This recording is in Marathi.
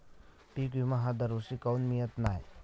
पिका विमा हा दरवर्षी काऊन मिळत न्हाई?